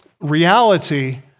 reality